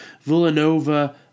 Villanova